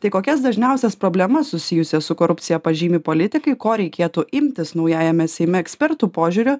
tai kokias dažniausias problemas susijusias su korupcija pažymi politikai ko reikėtų imtis naujajame seime ekspertų požiūriu